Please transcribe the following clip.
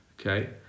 okay